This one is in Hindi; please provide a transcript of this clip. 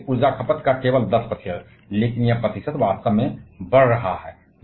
वैश्विक ऊर्जा खपत का केवल 10 प्रतिशत लेकिन यह प्रतिशत वास्तव में बढ़ रहा है